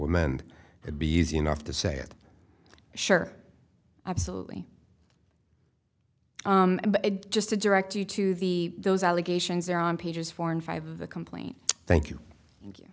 amend it be easy enough to say it sure absolutely just to direct you to the those allegations there on pages four and five of the complete thank you thank you